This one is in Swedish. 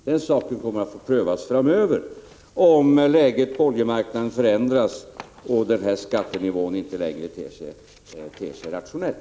Den saken kommer att få prövas framöver om läget på oljemarknaden förändras och den här skattenivån inte längre ter sig rationell.